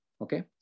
Okay